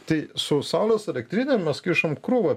tai su saulės elektrinėm mes kišam krūvą